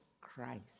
Christ